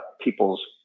people's